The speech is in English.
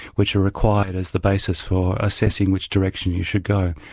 which are required as the basis for assessing which direction you should go.